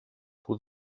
που